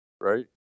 right